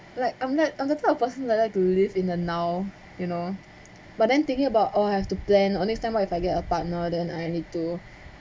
like I'm not I'm the type of person that like to live in the now you know but then thinking about oh I have to plan oh next time what if I get a partner than I need to